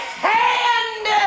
hand